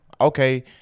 okay